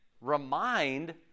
remind